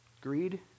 Greed